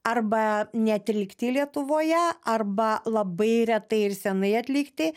arba neatlikti lietuvoje arba labai retai ir senai atlikti